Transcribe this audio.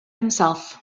himself